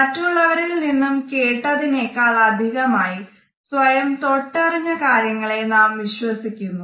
മറ്റുള്ളവരിൽ നിന്നും കേട്ടത്തിനേക്കൾ അധികമായി സ്വയം തൊട്ടറിഞ്ഞ കാര്യങ്ങളെ നാം വിശ്വസിക്കുന്നു